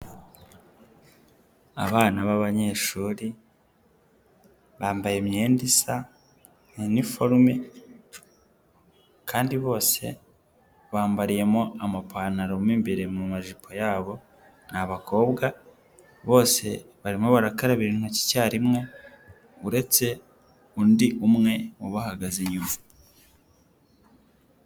Abana b'abanyeshuri bambaye imyenda isa ni iniforume kandi bose bambariyemo amapantaro mu imbere mu majipo yabo ni abakobwa, bose barimo barakaraba intoki icyarimwe uretse undi umwe mu bahagaze inyuma.